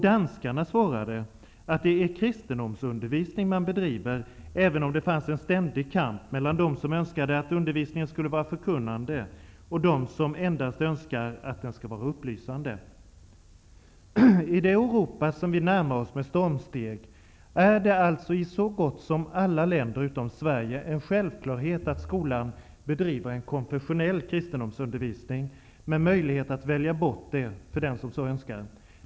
Danskarna har svarat att det är kristendomsundervisning man bedriver, även om det finns en ständig kamp mellan dem som önskar att undervisningen skall vara förkunnande och dem som endast önskar att den skall vara upplysande. I det Europa som vi närmar oss med stormsteg är det alltså i så gott som alla länder utom Sverige en självklarhet att skolan bedriver en konfessionell kristendomsundervisning, med möjlighet att välja bort den för den som så önskar.